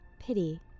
pity